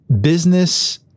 business